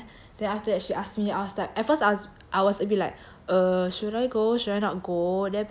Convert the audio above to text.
then after that she ask me I was like at first I was a bit like err should I go should not go there but then like